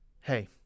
Hey